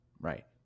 right